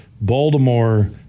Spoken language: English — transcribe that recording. Baltimore